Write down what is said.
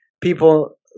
people